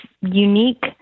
unique